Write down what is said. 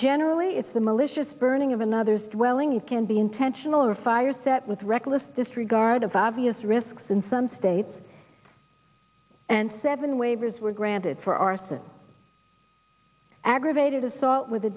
generally it's the malicious burning of another's dwelling you can be intentional or fires that with reckless disregard of obvious risks in some states and seven waivers were granted for arson aggravated assault with a